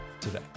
today